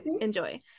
Enjoy